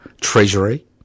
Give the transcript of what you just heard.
Treasury